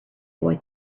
boy